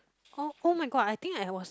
oh [oh]-my-god I think I was